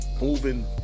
moving